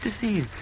disease